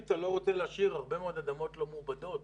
אם אתה לא רוצה להשאיר הרבה מאוד אדמות לא מעובדות,